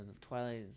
twilight